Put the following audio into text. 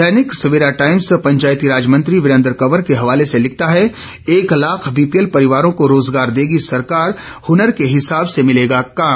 दैनिक Savera Times Panchayati Raj मंत्री वीरेन्द्र कंवर के हवाले से लिखता है एक लाख बीपीएल परिवारों को रोज़गार देगी सरकार हुनर के हिसाब से मिलेगा काम